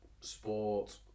sport